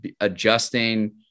adjusting